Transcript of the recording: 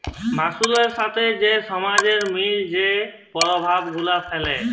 মালুসের সাথে যে সমাজের মিলে যে পরভাব গুলা ফ্যালে